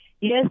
Yes